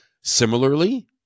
Similarly